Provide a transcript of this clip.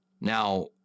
Now